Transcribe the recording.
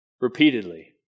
Repeatedly